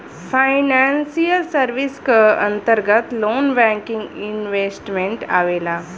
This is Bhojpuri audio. फाइनेंसियल सर्विस क अंतर्गत लोन बैंकिंग इन्वेस्टमेंट आवेला